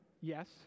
yes